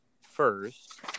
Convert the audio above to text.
first